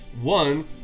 one